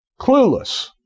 clueless